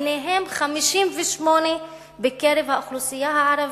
ביניהם 58 בקרב האוכלוסייה הערבית.